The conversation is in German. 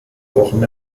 wochen